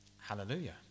Hallelujah